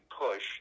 push